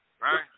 Right